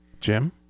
Jim